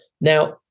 Now